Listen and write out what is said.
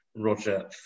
Roger